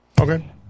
okay